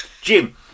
Jim